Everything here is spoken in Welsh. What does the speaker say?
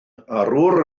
arwr